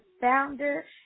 founder